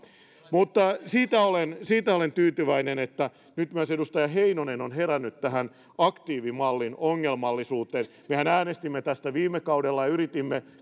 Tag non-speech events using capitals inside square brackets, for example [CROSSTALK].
mutta siitä olen siitä olen tyytyväinen että nyt myös edustaja heinonen on herännyt tähän aktiivimallin ongelmallisuuteen mehän äänestimme tästä viime kaudella ja me yritimme [UNINTELLIGIBLE]